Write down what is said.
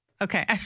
Okay